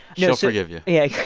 she'll forgive you yeah